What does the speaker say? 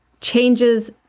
changes